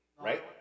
right